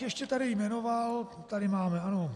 Ještě bych tady jmenoval, tady máme, ano...